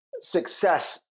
success